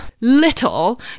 little